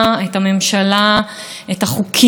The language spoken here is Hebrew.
שהשתוללו פה בשנה האחרונה,